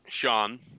Sean